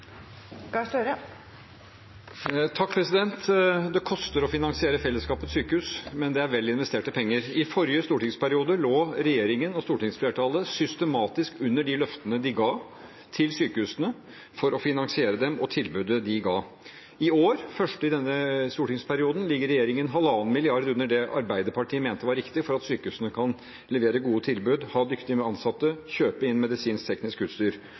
Det koster å finansiere fellesskapets sykehus, men det er vel investerte penger. I forrige stortingsperiode lå regjeringen og stortingsflertallet systematisk under de løftene de ga til sykehusene for å finansiere dem og tilbudet deres. I år, det første i denne stortingsperioden, ligger regjeringen 1,5 mrd. kr under det Arbeiderpartiet mener er riktig for at sykehusene kan levere gode tilbud, ha dyktige ansatte og kjøpe inn medisinsk-teknisk utstyr.